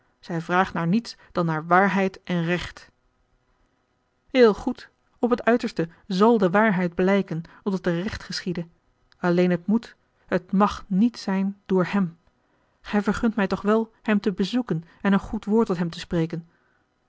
zij vraagt naar niets dan naar waarheid en recht heel goed op het uiterste zal de waarheid blijken opdat er recht geschiede alleen het moet het mag niet zijn door hem gij vergunt mij toch wel hem te bezoeken en een goed woord tot hem te spreken